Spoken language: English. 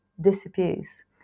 disappears